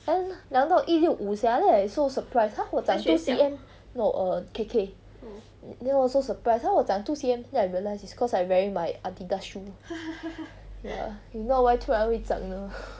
then 量到一六五 sia then I so surprise !huh! 我长 two C_M no err K K then 我 so surprise !huh! 我长 two C_M then I realise it's cause I wearing my adidas shoe ya if not why 突然会长呢